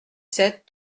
sept